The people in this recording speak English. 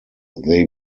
they